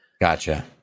gotcha